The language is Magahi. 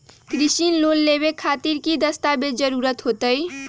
कृषि लोन लेबे खातिर की की दस्तावेज के जरूरत होतई?